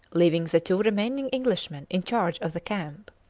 leaving the two remaining englishmen in charge of the camp.